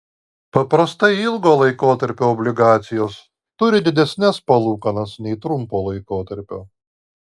paprastai ilgo laikotarpio obligacijos turi didesnes palūkanas nei trumpo laikotarpio